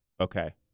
okay